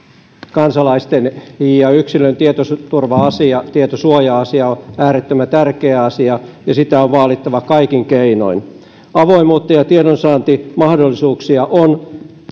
kansalaisten ja yksilöiden tietoturva asia tietosuoja asia on äärettömän tärkeä asia ja sitä on vaalittava kaikin keinoin avoimuutta ja tiedonsaantimahdollisuuksia on